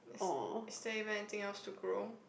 is is there even anything else to grow